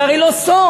זה הרי לא סוד.